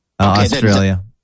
Australia